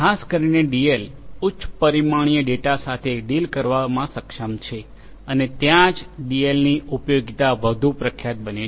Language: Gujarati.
ખાસ કરીને ડીએલ ઉચ્ચ પરિમાણીય ડેટા સાથે ડીલ કરવામાં સક્ષમ છે અને ત્યાં જ ડીએલની ઉપયોગિતા વધુ પ્રખ્યાત બને છે